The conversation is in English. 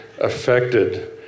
affected